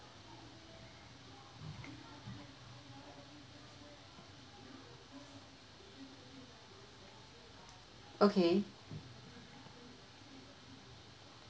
okay